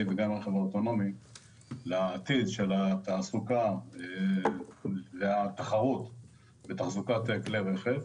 וגם עם הרכב האוטונומי לעתיד של התעסוקה והתחרות בתחזוקת כלי רכב.